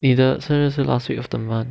你的生日是 last week of the month